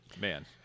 man